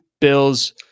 bills